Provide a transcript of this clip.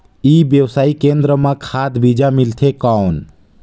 ई व्यवसाय केंद्र मां खाद बीजा मिलथे कौन?